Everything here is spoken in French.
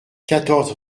quatorze